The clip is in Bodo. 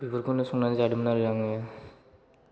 बेफोरखौनो संनानै जादोंमोन आरो आङो